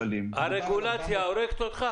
אינטרסנטים -- זה יותר נכון היתר פריסה,